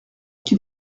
qu’il